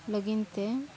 ᱞᱟᱹᱜᱤᱫ ᱛᱮ